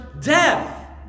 death